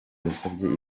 yasabye